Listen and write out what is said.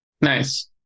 Nice